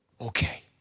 okay